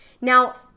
Now